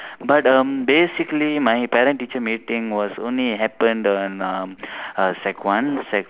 but um basically my parent teacher meeting was only happened in um uh sec one sec